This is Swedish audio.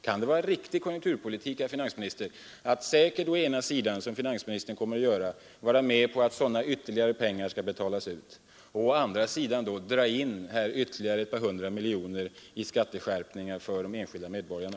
Kan det vara riktig konjunkturpolitik, herr finansminister, att å ena sidan — som finansministern säkert kommer att göra — vara med på att sådana ytterligare pengar skall betalas ut, och å andra sidan dra in ytterligare ett par hundra miljoner genom skatteskärpningar för de enskilda medborgarna?